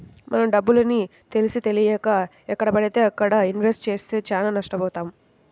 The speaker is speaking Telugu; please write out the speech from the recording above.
మనం డబ్బుని తెలిసీతెలియక ఎక్కడబడితే అక్కడ ఇన్వెస్ట్ చేస్తే చానా నష్టబోతాం